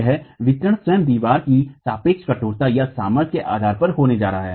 यह वितरण स्वयं दीवारों की सापेक्ष कठोरता या सामर्थ्य के आधार पर होने जा रहा है